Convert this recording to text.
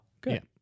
good